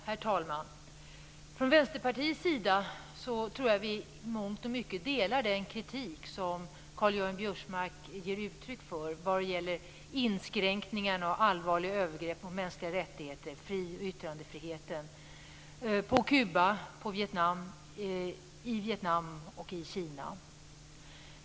Herr talman! Från Vänsterpartiets sida delar vi i mångt och mycket den kritik som Karl-Göran Biörsmark ger uttryck för mot inskränkningarna i och allvarliga övergrepp på mänskliga rättigheter och yttrandefrihet på Kuba, i Vietnam och i Kina.